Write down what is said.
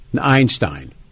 Einstein